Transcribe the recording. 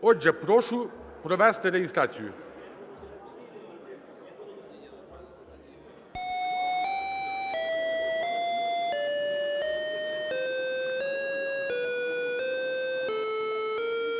Отже, прошу провести реєстрацію.